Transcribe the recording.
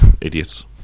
Idiots